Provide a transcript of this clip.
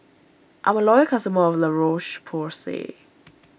I'm a loyal customer of La Roche Porsay